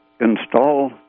install